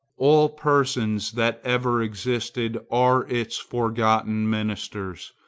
all persons that ever existed are its forgotten ministers.